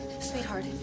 Sweetheart